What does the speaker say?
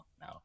no